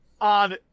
on